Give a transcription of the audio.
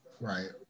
Right